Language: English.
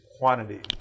quantity